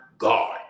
God